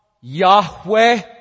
Yahweh